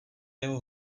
jeho